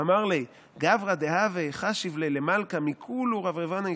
"אמר ליה גברא דהוה חשיב ליה למלכא מכולהו רברבנוהי